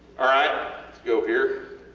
alright lets go here.